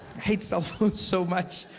hate cellphones so much.